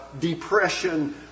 depression